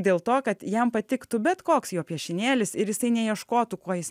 dėl to kad jam patiktų bet koks jo piešinėlis ir jisai neieškotų kuo jis